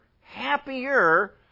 happier